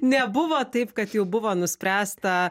nebuvo taip kad jau buvo nuspręsta